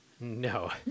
No